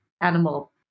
animal